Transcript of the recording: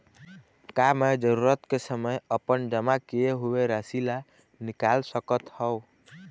का मैं जरूरत के समय अपन जमा किए हुए राशि ला निकाल सकत हव?